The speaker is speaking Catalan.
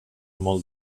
molt